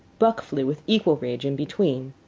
buck flew, with equal rage, in between.